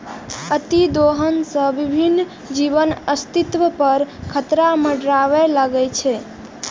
अतिदोहन सं विभिन्न जीवक अस्तित्व पर खतरा मंडराबय लागै छै